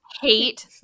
hate